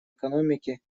экономики